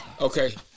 Okay